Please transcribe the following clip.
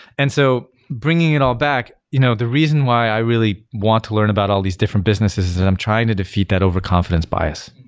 and so, bringing it all back, you know the reason why i really want to learn about all these different businesses is that i'm trying to defeat that overconfidence bias.